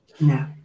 No